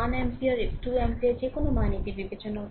1 ampere 2 অ্যাম্পিয়ারের কোনও মান এটি বিবেচনা করে না